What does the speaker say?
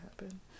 happen